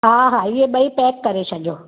हा हा इहे ॿई पैक करे छॾियो